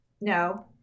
No